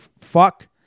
Fuck